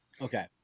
Okay